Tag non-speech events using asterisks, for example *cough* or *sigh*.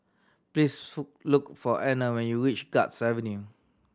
please *unintelligible* look for Anner when you reach Guards Avenue